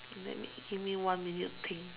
let me give me one minute to think